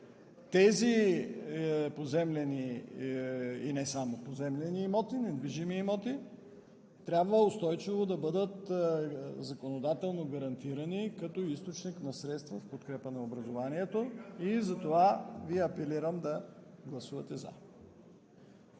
Тези поземлени и не само поземлени имоти, недвижими имоти, трябва устойчиво да бъдат законодателно гарантирани като източник на средства в подкрепа на образованието и затова Ви апелирам да гласувате „за“.